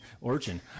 origin